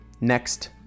Next